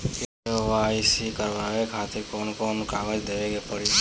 KYC करवावे खातिर कौन कौन कागजात देवे के पड़ी?